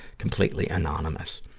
completely anonymous.